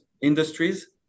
industries